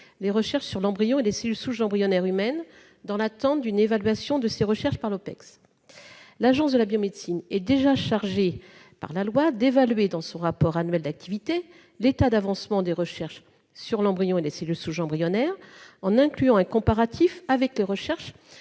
les recherches sur l'embryon et les cellules souches embryonnaires humaines dans l'attente d'une évaluation de ces recherches par l'Opecst. Or la loi charge déjà l'Agence de la biomédecine d'évaluer, dans son rapport annuel d'activité, l'état d'avancement des recherches sur l'embryon et les cellules souches embryonnaires, en incluant un comparatif avec les recherches